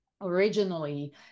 originally